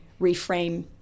reframe